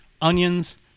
onions